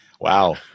Wow